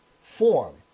form